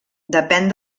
depèn